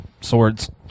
swords